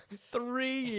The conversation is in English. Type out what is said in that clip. Three